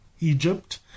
Egypt